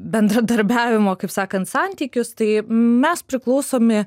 bendradarbiavimo kaip sakant santykius tai mes priklausomi